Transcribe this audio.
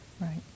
Right